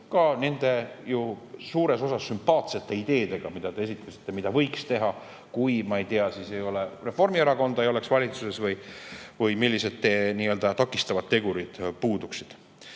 ka nende ju suures osas sümpaatsete ideedega, mida te esitasite, mida võiks teha, kui, ma ei tea, Reformierakonda ei oleks valitsuses või mingid muud takistavad tegurid puuduksid.